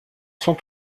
sont